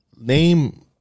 name